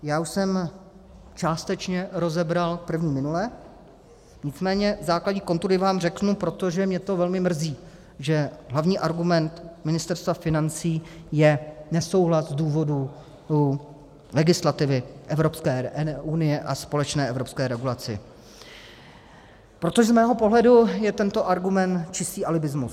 Já už jsem částečně rozebral první minule, nicméně základní kontury vám řeknu, protože mě velmi mrzí, že hlavní argument Ministerstva financí je nesouhlas z důvodu legislativy Evropské unie a společné evropské regulace, protože z mého pohledu je tento argument čistý alibismus.